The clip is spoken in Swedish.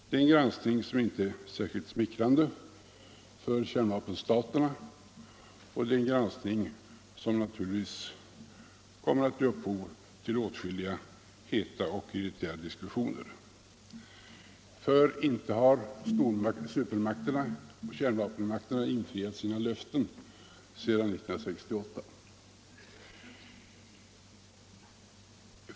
Det är en granskning som inte blir särskilt smickrande för kärnvapenstaterna och som naturligtvis kommer att ge upphov till åtskilliga heta och irriterade diskussioner. För inte har supermakterna infriat sina löften sedan 1968.